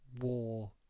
war